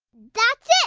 that's it.